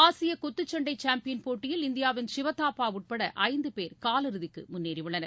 ஆசிய குத்துச்சண்டை சாம்பியன் போட்டியில் இந்தியாவின் சிவதாபா உட்பட ஐந்து பேர் காலிறுதிக்கு முன்னேறியுள்ளனர்